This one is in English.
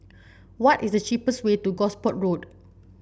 what is the cheapest way to Gosport Road